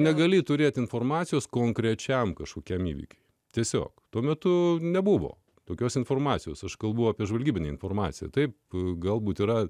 negali turėti informacijos konkrečiam kažkokiam įvykiui tiesiog tuo metu nebuvo tokios informacijos aš kalbu apie žvalgybinę informaciją taip galbūt yra